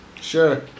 sure